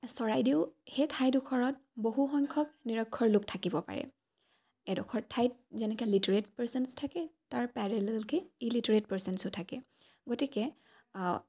চৰাইদেউ সেই ঠাইডোখৰত বহু সংখ্যক নিৰক্ষৰ লোক থাকিব পাৰে এডোখৰ ঠাইত যেনেকৈ লিটেৰেট পাৰ্চন্স থাকে তাৰ পেৰেলেলকৈ ইলিটাৰেট পাৰ্চন্সো থাকে গতিকে